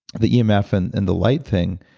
the um emf and and the light thing,